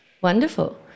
wonderful